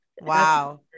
wow